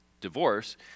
divorce